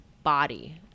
Body